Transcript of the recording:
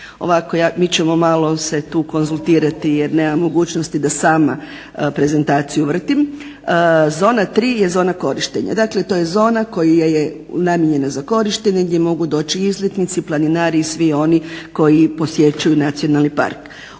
Mi ćemo se malo konzultirati jer nemam mogućnosti da sama prezentaciju vrtim. Zona 3 je zona korištenja. Dakle to je zona koja je namijenjena za korištenje gdje mogu doći izletnici, planinari i svi oni koji posjećuju nacionalni park.